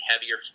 heavier